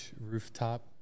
Rooftop